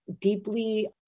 deeply